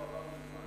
הזמן כבר מזמן עבר.